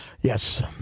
Yes